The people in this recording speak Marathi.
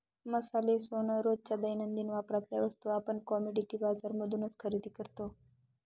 मसाले, सोन, रोजच्या दैनंदिन वापरातल्या वस्तू आपण कमोडिटी बाजार मधूनच खरेदी करतो